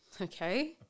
Okay